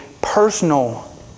personal